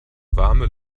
warme